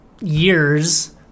years